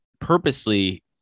purposely